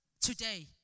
today